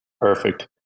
perfect